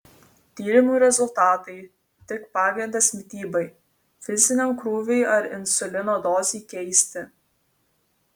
tyrimų rezultatai tik pagrindas mitybai fiziniam krūviui ar insulino dozei keisti